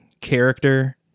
character